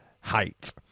height